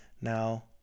Now